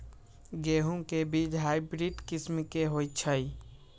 गेंहू के बीज हाइब्रिड किस्म के होई छई?